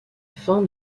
fin